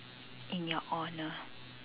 in your honour